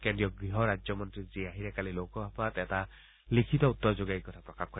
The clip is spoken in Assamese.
কেন্দ্ৰীয় গৃহ ৰাজ্যমন্তী জি আহিৰে কালি লোকসভাত এটা লিখিত উত্তৰ যোগে এই কথা প্ৰকাশ কৰে